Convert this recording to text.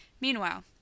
Meanwhile